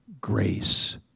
grace